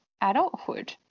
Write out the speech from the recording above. adulthood